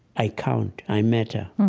i count, i matter.